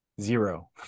Zero